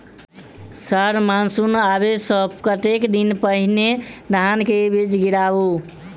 Sir monsoon आबै सऽ कतेक दिन पहिने धान केँ बीज गिराबू?